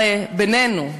הרי בינינו,